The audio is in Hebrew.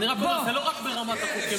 אני רק אומר, זה לא רק ברמת החוקים.